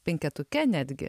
penketuke netgi